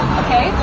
okay